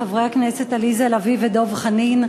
חברי הכנסת עליזה לביא ודב חנין,